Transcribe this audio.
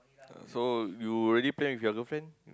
so you already plan with your girlfriend